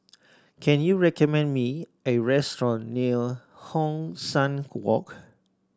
can you recommend me a restaurant near Hong San Walk